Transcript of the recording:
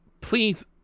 please